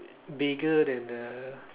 bigger than the